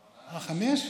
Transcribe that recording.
אה, חמש?